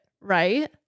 right